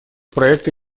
проекты